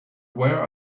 where